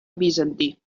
bizantí